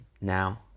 now